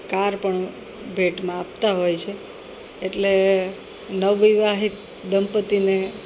car પણ ભેટમાં આપતાં હોય છે એટલે નવવિવાહિત દંપતીને